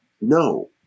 no